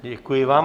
Děkuji vám.